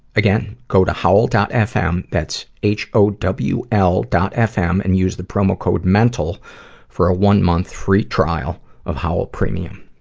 again, go to howl. fm, that's h o w l dot f m and use the promo code mental for a one month free trial of howl premium.